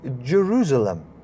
Jerusalem